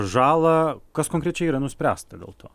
žalą kas konkrečiai yra nuspręsta dėl to